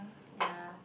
ya